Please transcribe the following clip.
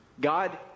God